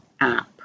app